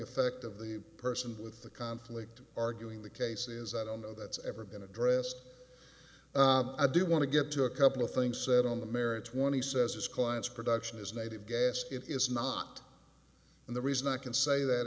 effect of the person with the conflict arguing the case is i don't know that's ever been addressed i do want to get to a couple things said on the merits when he says his client's production is native gas it is not and the reason i can say that